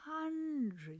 hundreds